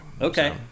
Okay